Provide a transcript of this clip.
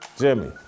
Jimmy